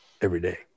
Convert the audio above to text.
everyday